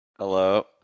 Hello